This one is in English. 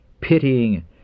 pitying